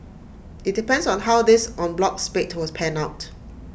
IT depends on how this en bloc spate was pan out